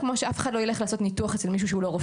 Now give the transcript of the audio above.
כמו שאף אחד לא ילך לעשות ניתוח אצל מישהו שהוא לא רופא.